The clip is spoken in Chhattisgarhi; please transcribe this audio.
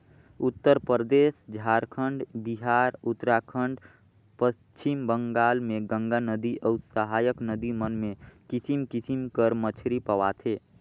उत्तरपरदेस, झारखंड, बिहार, उत्तराखंड, पच्छिम बंगाल में गंगा नदिया अउ सहाएक नदी मन में किसिम किसिम कर मछरी पवाथे